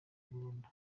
burundu